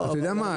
אתה יודע מה,